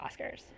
Oscars